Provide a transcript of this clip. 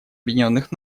объединенных